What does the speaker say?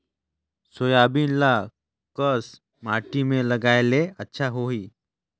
Soybean ल कस माटी मे लगाय ले अच्छा सोही?